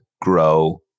grow